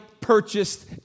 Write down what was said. purchased